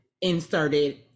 inserted